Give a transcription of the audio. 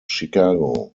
chicago